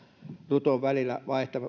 ruton välillä